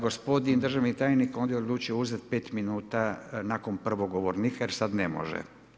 Gospodin državni tajnik on je odlučio uzeti pet minuta nakon prvog govornika jer sad ne može.